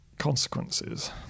consequences